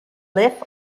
lift